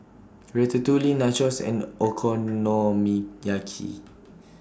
Ratatouille Nachos and Okonomiyaki